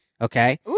Okay